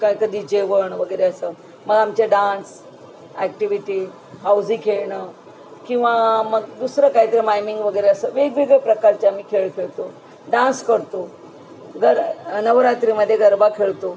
काय कधी जेवण वगैरे असं मग आमचे डान्स ॲक्टिविटी हाऊझी खेळणं किंवा मग दुसरं काहीतरी मायमिंग वगेरे असं वेगवेगळ्या प्रकारचे आम्ही खेळ खेळतो डान्स करतो गर नवरात्रीमध्ये गरबा खेळतो